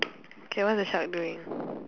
k what's the shark doing